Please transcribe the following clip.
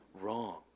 wrong